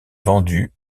vendu